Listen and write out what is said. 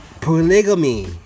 Polygamy